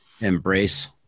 Embrace